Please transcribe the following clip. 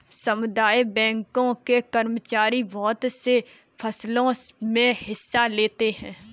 सामुदायिक बैंकों के कर्मचारी बहुत से फैंसलों मे हिस्सा लेते हैं